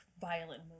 violent